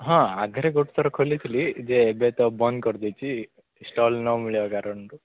ହଁ ଆଗରେ ଗୋଟେ ଥର ଖୋଲିଥିଲି ଏବେ ଏବେ ତ ବନ୍ଦ କରି ଦେଇଛି ଷ୍ଟଲ୍ ନ ମିଳିବା କାରଣରୁ